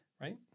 Right